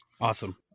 Awesome